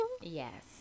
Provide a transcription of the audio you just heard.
Yes